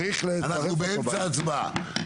אנחנו באמצע הצבעה.